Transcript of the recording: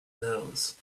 nose